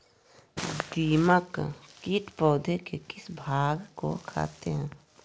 दीमक किट पौधे के किस भाग को खाते हैं?